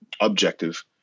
objective